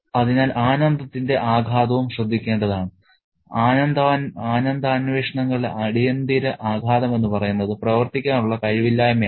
അതിനാൽ ആനന്ദത്തിന്റെ ആഘാതവും ശ്രദ്ധിക്കേണ്ടതാണ് ആനന്ദാന്വേഷണങ്ങളുടെ അടിയന്തിര ആഘാതം എന്ന് പറയുന്നത് പ്രവർത്തിക്കാനുള്ള കഴിവില്ലായ്മയാണ്